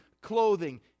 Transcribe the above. clothing